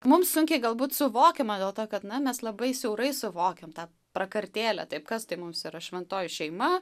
mums sunkiai galbūt suvokiama dėl to kad na mes labai siaurai suvokiam tą prakartėlę taip kas tai mums yra šventoji šeima